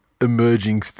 emerging